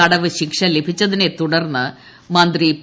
തടവുശിക്ഷ ലഭിച്ചതിനെതുടർന്ന് മന്ത്രി പി